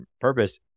purpose